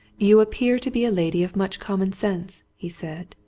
you appear to be a lady of much common sense! he said.